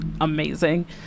amazing